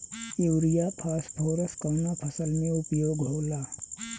Urea phosphorus कवना फ़सल में उपयोग होला?